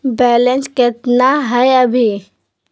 Balance केतना हय अभी?